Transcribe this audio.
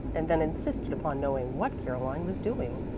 and then insisted upon knowing what caroline was doing.